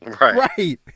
Right